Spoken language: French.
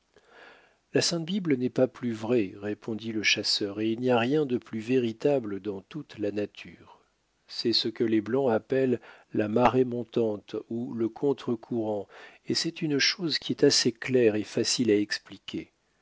la sainte bible n'est pas plus vraie répondit le chasseur et il n'y a rien de plus véritable dans toute la nature c'est ce que les blancs appellent la marée montante ou le contre courant et c'est une chose qui est assez claire et facile à expliquer